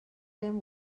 him